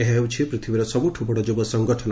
ଏହା ହେଉଛି ପୃଥିବୀର ସବୁଠୁ ବଡ଼ ଯୁବ ସଙ୍ଗଠନ